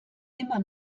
immer